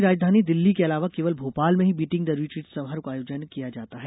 देश की राजधानी दिल्ली के अलावा केवल भोपाल में ही बीटिंग द रिट्रीट समारोह का आयोजन किया जाता है